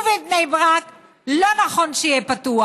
ובבני ברק לא נכון שיהיה פתוח.